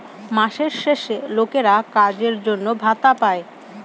মাসের শেষে লোকেরা কাজের জন্য ভাতা পাই